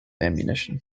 ammunition